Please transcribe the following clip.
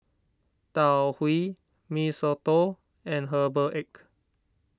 Tau Huay Mee Soto and Herbal Egg